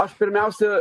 aš pirmiausia